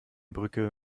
brücke